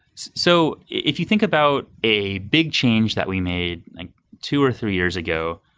so, if you think about a big change that we made, like two or three years ago,